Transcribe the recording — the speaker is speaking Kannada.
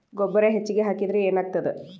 ಗೊಬ್ಬರ ಹೆಚ್ಚಿಗೆ ಹಾಕಿದರೆ ಏನಾಗ್ತದ?